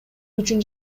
үчүн